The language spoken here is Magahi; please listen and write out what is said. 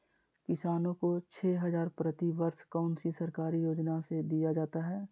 किसानों को छे हज़ार प्रति वर्ष कौन सी सरकारी योजना से दिया जाता है?